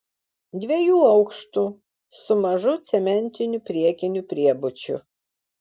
dviejų aukštų su mažu cementiniu priekiniu priebučiu